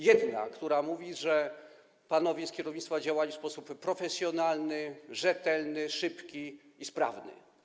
Jedna mówi, że panowie z kierownictwa działali w sposób profesjonalny, rzetelny, szybki i sprawny.